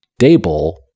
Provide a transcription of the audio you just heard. Dable